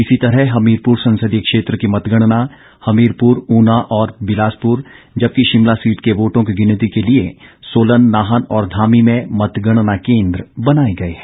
इसी तरह हमीरपुर संसदीय क्षेत्र की मतगणना हमीरपुर ऊना और बिलासपुर जबकि शिमला सीट के वोटों की गिनती के लिये सोलन नाहन और धामी में मतगणना केंद्र बनाए गए हैं